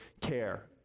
care